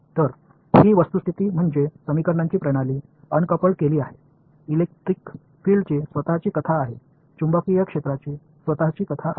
तर ही वस्तुस्थिती म्हणजे समीकरणांची प्रणाली अनकपल्ड केली आहे इलेक्ट्रिक फील्डची स्वतःची कथा आहे चुंबकीय क्षेत्राची स्वतःची कथा आहे